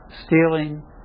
Stealing